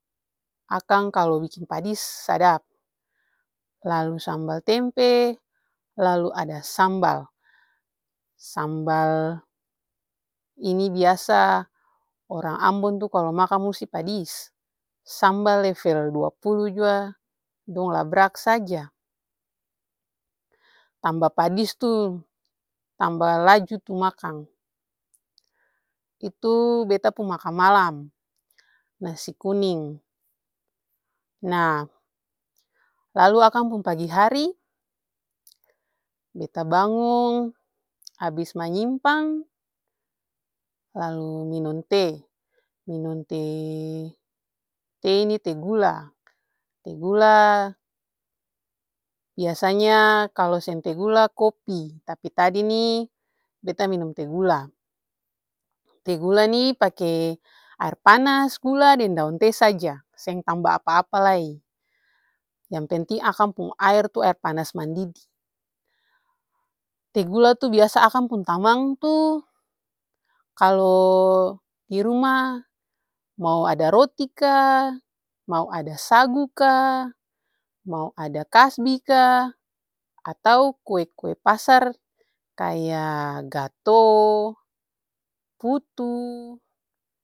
Akang kalu biking padis sadap, lalu sambal tempe, lalu ada sambal, sambal ini biasa orang ambon tuh kalu makang musti padis sambal level dua pulu jua dong labrak saja, tamba padis tuh tamba laju tuh makang. Itu beta pung makang malam nasi kuning. Nah lalu akang pung pagi hari beta bangung abis manyimpang lalu minom teh, minum teh-teh ini teh gula, teh gula biasanya kalu seng teh gula kopi tapi tadi nih beta minum teh gula, teh gula nih pake aer panas, gula, deng daong teh saja seng tamba apa-apa lai yang penting akang pung aer tuh aer panas mandidi. Teh gula tuh biasa akang pung tamang tuh kalu diruma mau ada roti ka, mau ada sagu ka, mau ada kasbi ka, atau kue-kue pasar kaya gato, putu.